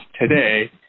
today